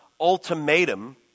ultimatum